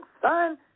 Son